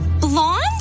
blonde